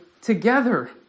together